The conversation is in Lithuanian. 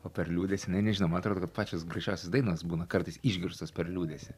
o per liūdesį jinai nežinau man atrodo pačias gražiausios dainos būna kartais išgirstos per liūdesį